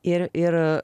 ir ir